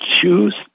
choose